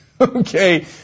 Okay